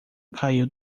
caiu